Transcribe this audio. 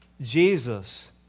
Jesus